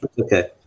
Okay